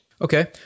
Okay